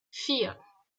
vier